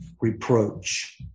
reproach